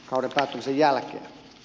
arvoisa puhemies